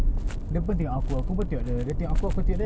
dia dah tahu muka ni tiap pagi datang kway teow punya ni